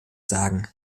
sagen